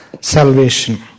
salvation